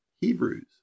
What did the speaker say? Hebrews